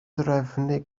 drefnu